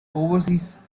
overseas